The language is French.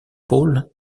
paul